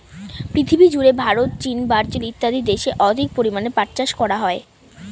পৃথিবীজুড়ে ভারত, চীন, ব্রাজিল ইত্যাদি দেশে অধিক পরিমাণে পাট চাষ করা হয়